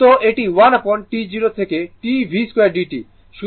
তো এটি 1 upon T0 থেকে T v2dt